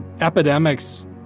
epidemics